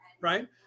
right